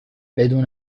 بدون